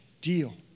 deal